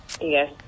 Yes